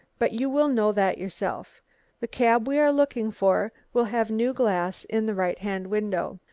but you will know that yourself the cab we are looking for will have new glass in the right-hand window.